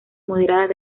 moderadas